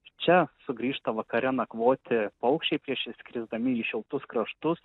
čia sugrįžta vakare nakvoti paukščiai prieš išskrisdami į šiltus kraštus